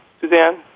Suzanne